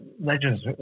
legends